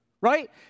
right